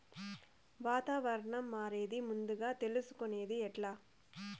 వాతావరణం మారేది ముందుగా తెలుసుకొనేది ఎట్లా?